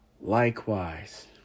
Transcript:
likewise